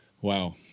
Wow